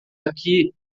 aqui